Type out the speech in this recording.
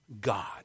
God